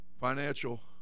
financial